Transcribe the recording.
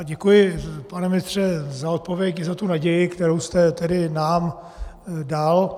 Děkuji, pane ministře, za odpověď i za naději, kterou jste tady nám dal.